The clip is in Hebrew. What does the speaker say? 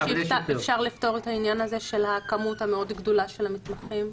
שאפשר לפתור את העניין הזה של הכמות המאוד גדולה של המתמחים?